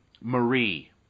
marie